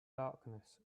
darkness